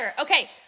Okay